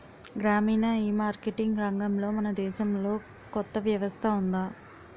గ్రామీణ ఈమార్కెటింగ్ రంగంలో మన దేశంలో కొత్త వ్యవస్థ ఉందా?